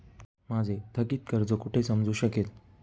माझे थकीत कर्ज कुठे समजू शकेल?